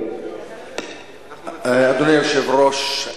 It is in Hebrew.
אדוני היושב-ראש,